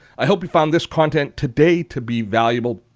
i hope you found this content today to be valuable.